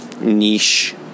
niche